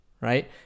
right